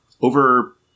Over